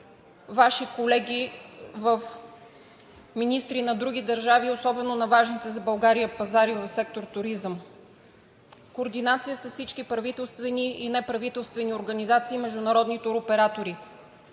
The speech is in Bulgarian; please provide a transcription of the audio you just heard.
Ваши колеги – министри на други държави, особено на важните за България пазари в сектор „Туризъм“. Координация с всички правителствени и неправителствени организации, международни туроператори.